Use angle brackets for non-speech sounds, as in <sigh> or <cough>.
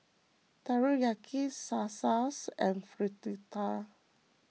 Teriyaki Salsa <unintelligible> and Fritada